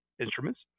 instruments